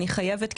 אני חייבת,